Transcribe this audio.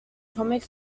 comic